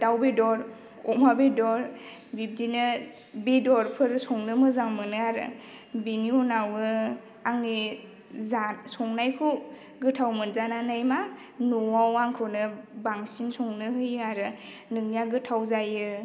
दाव बेदर अमा बेदर बिब्दिनो बेदरफोर संनो मोजां मोनो आरो बिनि उनावो आंनि जा संनायखौ गोथाव मोनजानानै मा न'आव आंखौनो बांसिन संनो होयो आरो नोंनिया गोथाव जायो